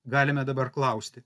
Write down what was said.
galime dabar klausti